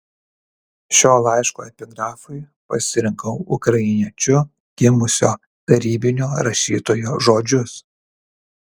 šio laiško epigrafui pasirinkau ukrainiečiu gimusio tarybinio rašytojo žodžius